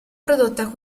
prodotta